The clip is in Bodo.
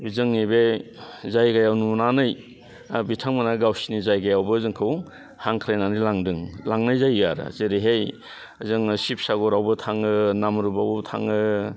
जोंनि बे जायगायाव नुनानै बिथांमोना गावसोरनि जायगायावबो जोंखौ हांख्रायनानै लांदों लांनाय जायो आरो जेरैहै जोङो शिब सागरावबो थाङो नामरुबआवबो थाङो